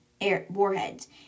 warheads